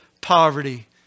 poverty